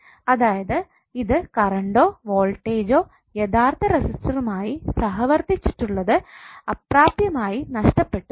അതായത് ഇത് കറണ്ടൊ വോൾട്ടജോ യഥാർത്ഥ റെസിസ്റ്ററുമായി സഹവർത്തിച്ചിട്ടുള്ളത് അപ്രാപ്യമായി നഷ്ടപ്പെട്ടു പോകും